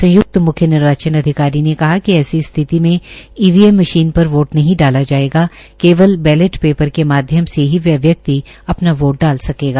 संयुक्त म्ख्य निर्वाचन अधिकारी ने कहा कि ऐसी स्थिति में ईवीएम मशीन पर वोट नहीं डाला जाएगा केवल बैलेट पेपर के माध्यम से ही वह व्यक्ति अपना वोट डाल सकेगा